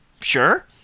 Sure